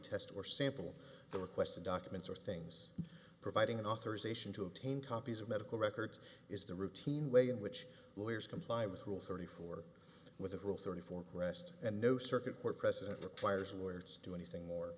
test or sample the requested documents or things providing an authorization to obtain copies of medical records is the routine way in which lawyers comply with rule thirty four with rule thirty four rest and no circuit court precedent requires awards to anything more